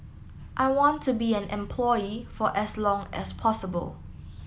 I want to be an employee for as long as possible